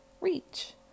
reach